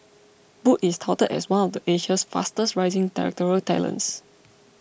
boo is touted as one of Asia's fastest rising directorial talents